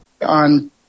On